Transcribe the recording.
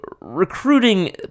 recruiting